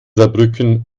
saarbrücken